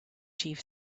chief